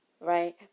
Right